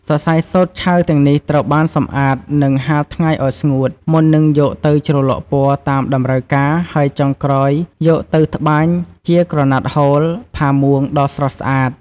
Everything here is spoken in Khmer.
សរសៃសូត្រឆៅទាំងនេះត្រូវបានសម្អាត និងហាលថ្ងៃឲ្យស្ងួត មុននឹងយកទៅជ្រលក់ពណ៌តាមតម្រូវការ ហើយចុងក្រោយយកទៅត្បាញជាក្រណាត់ហូល ផាមួងដ៏ស្រស់ស្អាត។